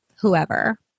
whoever